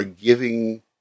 giving